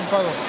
no